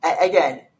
again